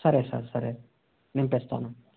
సరే సార్ సరే నింపేస్తాను